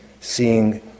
seeing